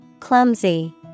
CLUMSY